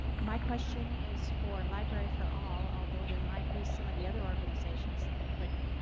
my question is for library for all, although there might be some of the other organizations that could,